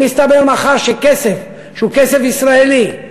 אם יסתבר מחר שכסף, שהוא כסף ישראלי,